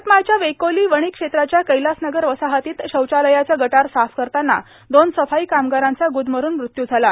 यवतमाळच्या वेकोलों वणी क्षेत्राच्या कैलास नगर वसाहतीत शौचालयाचे गटार साफ करतांना दोन सफाई कामगारांचा ग्रदमरून मृत्यू झाला